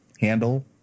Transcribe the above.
handle